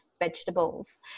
vegetables